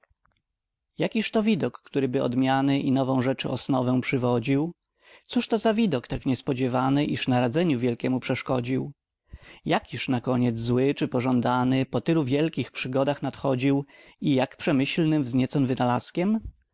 oczy jakiżto widok któryby odmiany i nową rzeczy osnowę przywodził cóżto za widok tak niespodziewany iż naradzenia wielkiego przeszkodził jakiż nakoniec zły czy pożądany po tylu wielkich przygodach nadchodził i jak przemyślnym wzniecon wynalazkiem